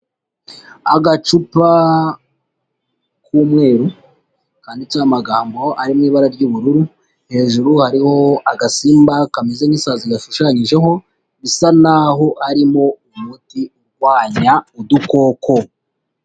Agacupa k'umweru kanditseho amagambo ari mu ibara ry'ubururu, hejuru hariho agasimba kameze nk'isazi gashushanyijeho, bisa naho harimo umuti urwanya udukoko.